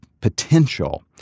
potential